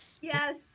Yes